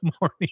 morning